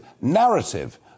narrative